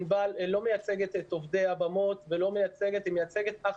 ענבל לא מייצגת את עובדי הבמות אלא היא מייצגת אך